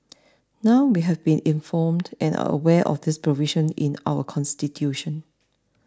now we have been informed and are aware of this provision in our constitution